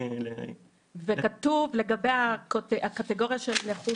לגבי הקטגוריה של נכות